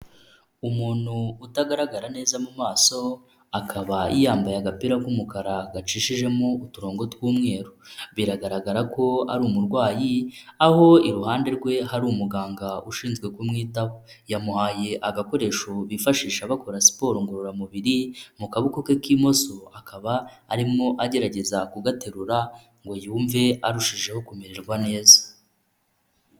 Umuntu utagaragara neza mu maso akaba yambaye agapira k'umukara gacishijemo uturongo tw'umweru, biragaragara ko ari umurwayi, aho iruhande rwe hari umuganga ushinzwe kumwitaho. Yamuhaye agakoresho bifashisha bakora siporo ngororamubiri mu kaboko ke k'imoso, akaba arimo agerageza kugaterura ngo yumve arushijeho kumererwa neza.